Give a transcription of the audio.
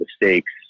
mistakes